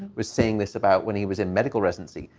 was saying this about when he was in medical residency,